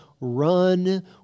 run